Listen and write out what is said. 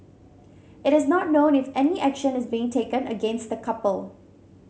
it is not known if any action is being taken against the couple